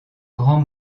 grand